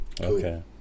Okay